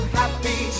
happy